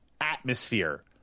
atmosphere